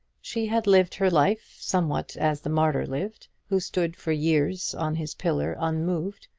she had lived her life somewhat as the martyr lived, who stood for years on his pillar unmoved,